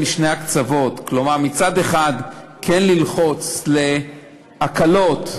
וכל מיני תשלומים אחרים לאנשים כאשר הם